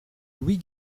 louis